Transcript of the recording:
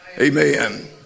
Amen